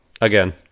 again